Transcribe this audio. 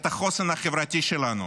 את החוסן החברתי שלנו.